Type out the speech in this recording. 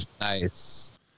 nice